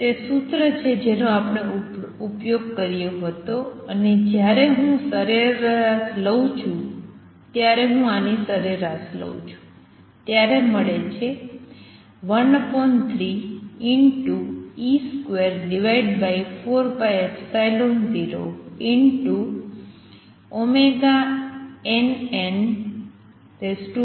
તે સૂત્ર છે જેનો આપણે ઉપયોગ કર્યો હતો અને જ્યારે હું સરેરાશ લઉં છું ત્યારે હું આની સરેરાશ લઉં છું ત્યારે મળે છે 13e24π0nn 14Ampl2c3